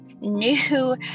new